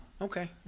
Okay